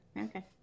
okay